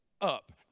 up